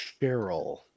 Cheryl